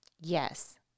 yes